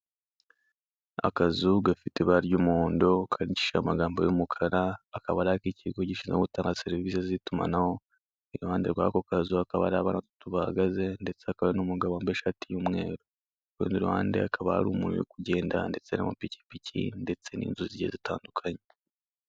Akazu gafite ibara ry'umuhondo kandikishije amagambo y'umukara, akaba ari ak'ikigo gishinzwe gutanga serivise z'itumanaho. Iruhande rw'ako kazu hakaba hari abana batatu bahagaze ndetse hakaba hari n'umugabo wambaye ishati y'umweru. Kurundi ruhande hakaba hari umuntu uri kugenda, ndetse n'amapikipiki ndetse n'inzu zigiye zitandukanye.